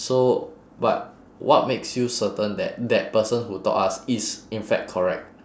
so but what makes you certain that that person who taught us is in fact correct